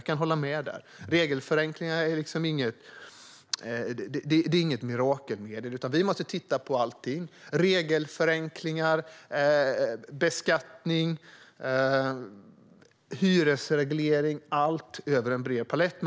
Jag kan hålla med om att regelförenklingar inte är något mirakelmedel, utan vi måste titta på allting: regelförenklingar, beskattning, hyresreglering - allt över en bred palett.